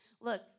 Look